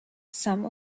some